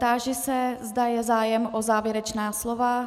Táži se, zda je zájem o závěrečná slova.